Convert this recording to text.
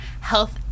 Health